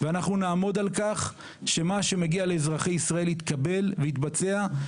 ואנחנו נעמוד על כך שמה שמגיע לאזרחי ישראל יתקבל ויתבצע.